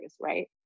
right